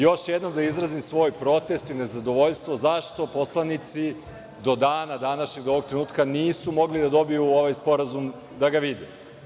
Još jednom da izrazim svoj protest i nezadovoljstvo zašto poslanici do dana današnjeg, do ovog trenutka nisu mogli da dobiju ovaj sporazum da ga vide.